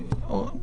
מדרג?